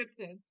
cryptids